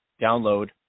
download